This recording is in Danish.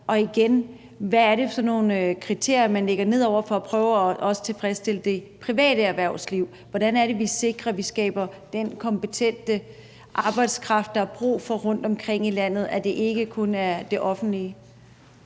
og hvad det er for nogle kriterier, man lægger ned over for at prøve at tilfredsstille det private erhvervsliv. Hvordan er det, vi sikrer, at vi skaber den kompetente arbejdskraft, der er brug for rundtomkring i landet, og det ikke kun er til det offentlige?